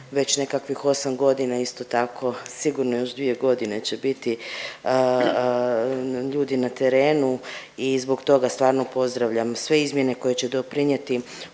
već nekakvih 8 godina, a isto tako sigurno još 2 godine će biti ljudi na terenu i zbog toga stvarno pozdravljam sve izmjere koje će doprinijeti